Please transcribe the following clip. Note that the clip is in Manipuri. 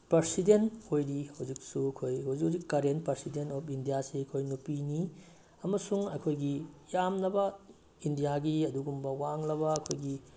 ꯄ꯭ꯔꯁꯤꯗꯦꯟ ꯑꯣꯏꯔꯤ ꯍꯧꯖꯤꯛꯁꯨ ꯑꯩꯈꯣꯏ ꯍꯧꯖꯤꯛ ꯍꯧꯖꯤꯛ ꯃꯔꯦꯟ ꯄ꯭ꯔꯁꯤꯗꯦꯟ ꯑꯣꯐ ꯏꯟꯗꯤꯌꯥꯁꯤ ꯑꯩꯈꯣꯏ ꯅꯨꯄꯤꯅꯤ ꯑꯃꯁꯨꯡ ꯑꯩꯈꯣꯏꯒꯤ ꯌꯥꯝꯂꯕ ꯏꯟꯗꯤꯌꯥꯒꯤ ꯑꯗꯨꯒꯨꯝꯕ ꯋꯥꯡꯂꯕ ꯑꯩꯈꯣꯏꯒꯤ